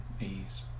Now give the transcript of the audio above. ease